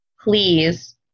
please